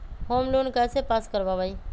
Home loan कैसे pass कर बाबई?